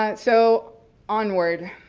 ah so onward,